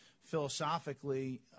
philosophically